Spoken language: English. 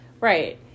right